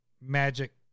Magic